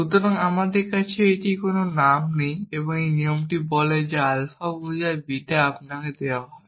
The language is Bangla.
সুতরাং আমাদের কাছে এটির কোনও নাম নেই এই নিয়মটি বলে যে যদি আলফা বোঝায় বিটা আপনাকে দেওয়া হয়